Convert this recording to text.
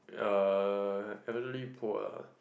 uh elderly poor ah